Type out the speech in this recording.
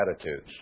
attitudes